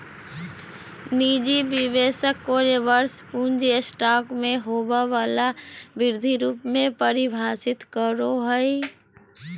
निजी निवेशक कोय वर्ष पूँजी स्टॉक में होबो वला वृद्धि रूप में परिभाषित करो हइ